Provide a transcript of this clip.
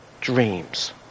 dreams